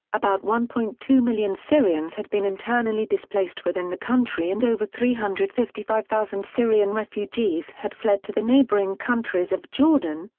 about one point two million syrians had been internally displaced within the country and over three hundred and fifty five thousand syrian refugees had fled to the neighboring countries of jordan,